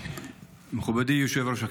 מכובדי יושב-ראש הכנסת,